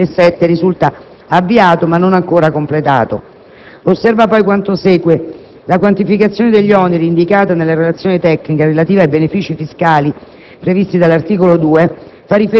per l'iscrizione dei medesimi nel bilancio 2007 risulta avviato ma non ancora completato. Osserva poi quanto segue: - la quantificazione degli oneri indicata nella relazione tecnica relativa ai benefìci fiscali